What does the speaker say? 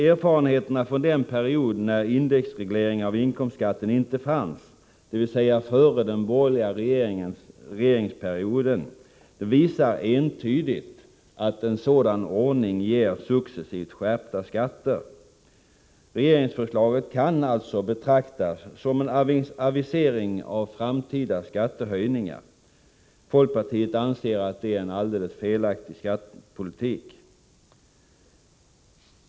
Erfarenheterna från den period när indexreglering av inkomstskatten inte fanns, dvs. före den borgerliga regeringsperioden, visar entydigt att en sådan ordning ger successivt skärpta skatter. Regeringsförslaget kan alltså betraktas som en avisering av framtida skattehöjningar. Folkpartiet anser att det är en alldeles felaktig skattepolitik.